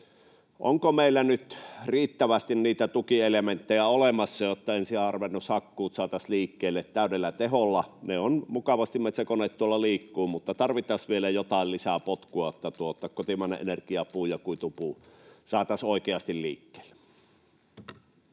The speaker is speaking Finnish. Onko meillä nyt riittävästi niitä tukielementtejä olemassa, jotta ensiharvennushakkuut saataisiin liikkeelle täydellä teholla? Metsäkoneet liikkuvat tuolla mukavasti, mutta tarvittaisiin vielä jotain lisäpotkua, että kotimainen energiapuu ja kuitupuu saataisiin oikeasti liikkeelle.